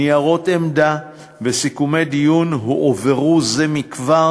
ניירות עמדה וסיכומי דיון הועברו זה מכבר